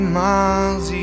miles